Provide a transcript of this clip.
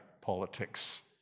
politics